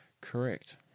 Correct